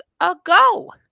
ago